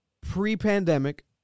pre-pandemic